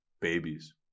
babies